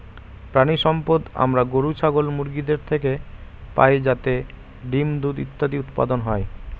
প্রাণিসম্পদ আমরা গরু, ছাগল, মুরগিদের থেকে পাই যাতে ডিম্, দুধ ইত্যাদি উৎপাদন হয়